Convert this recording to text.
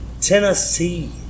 Tennessee